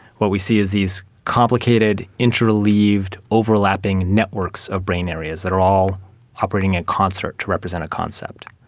what we see is these complicated interleaved, overlapping networks of brain areas that are all operating in concert to represent a concept.